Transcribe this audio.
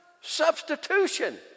substitution